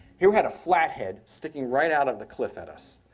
here we had a flat head sticking right out of the cliff at us.